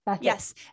yes